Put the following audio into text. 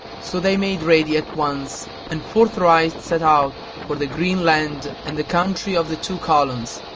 so they made ready at once and forthright set out for the green land and the country of the two columns,